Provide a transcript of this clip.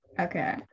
okay